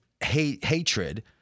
hatred